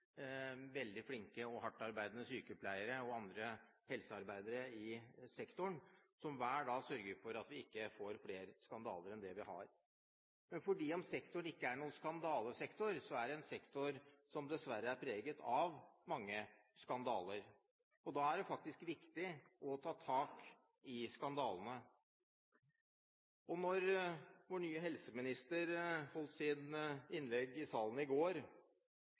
veldig flinke og hardt arbeidende sykepleiere og andre helsearbeidere i sektoren, som hver dag sørger for at vi ikke får flere skandaler enn det vi har. Selv om sektoren ikke er en skandalesektor, er det en sektor som dessverre er preget av mange skandaler. Da er det faktisk viktig å ta tak i skandalene. Vår nye helseminister holdt sitt innlegg i salen i går,